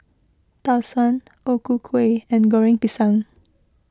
Tau Suan O Ku Kueh and Goreng Pisang